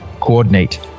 Coordinate